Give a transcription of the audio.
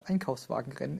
einkaufswagenrennen